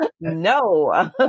No